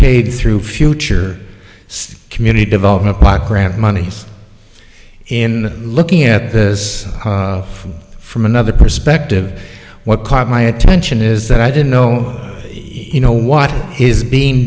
paid through future community development block grant monies in looking at this from from another perspective what caught my attention is that i didn't know you know what is being